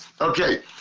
Okay